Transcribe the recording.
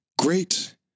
great